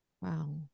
Wow